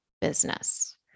business